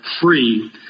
free